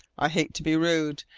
i hate to be rude,